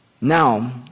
Now